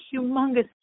humongous